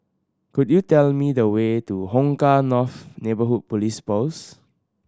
could you tell me the way to Hong Kah North Neighbourhood Police Post